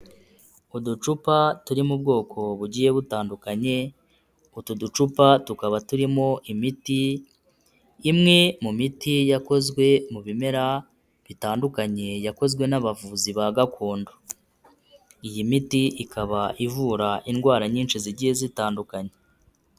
Uducupa turi mu bwoko bugiye butandukanye, utu ducupa tukaba turimo imiti imwe mu miti yakozwe mu bimera bitandukanye yakozwe n'abavuzi ba gakondo, iyi miti ikaba ivura indwara nyinshi zigiye zitandukanye.